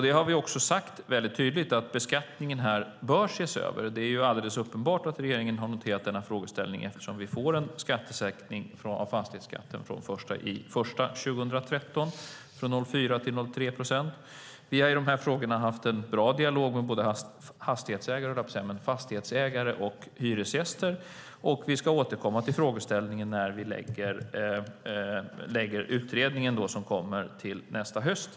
Vi har sagt väldigt tydligt att beskattningen bör ses över. Det är alldeles uppenbart att regeringen har noterat den här frågan. Vi får en skattesänkning av fastighetsskatten den 1 januari 2013 från 0,4 till 0,3 procent. Vi har i de här frågorna haft en bra dialog med både fastighetsägare och hyresgäster. Vi ska återkomma till frågan när utredningen kommer till nästa höst.